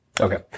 Okay